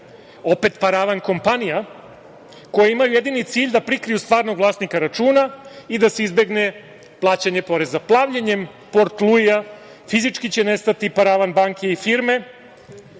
Opet, paravan kompanije, kojima je jedini cilj da prikriju stvarnog vlasnika računa i da se izbegne plaćanje poreza. Plavljenjem Port Luisa fizički će nestati paravan banke i firme,